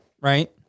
right